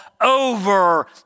over